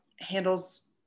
handles